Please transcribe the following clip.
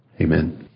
amen